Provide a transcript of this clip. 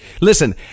Listen